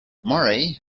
murray